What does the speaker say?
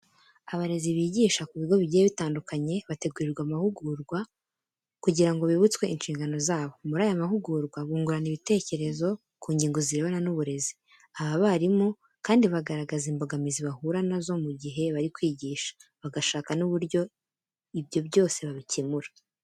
Abarezi bigisha ku bigo bigiye bitandukanye bategurirwa amahugurwa kugira ngo bibutswe inshingano zabo. Muri aya mahugurwa bungurana ibitekerezo ku ngingo zirebana n'uburezi. Aba barimu kandi bagaragaza imbogamizi bahura na zo mu gihe bari kwigisha, bagashaka n'uburyo ibyo byose babikemura.